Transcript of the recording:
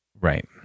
right